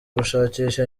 gushakisha